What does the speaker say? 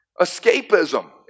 escapism